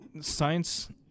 science